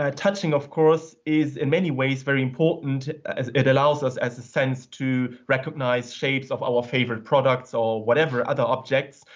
ah touching, of course, is in many ways very important as it allows us, as a sense, to recognise shapes of our favourite products or whatever, other objects.